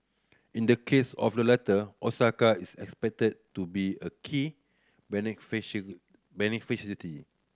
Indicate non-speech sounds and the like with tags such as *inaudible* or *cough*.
in the case of the latter Osaka is expected to be a key *unintelligible*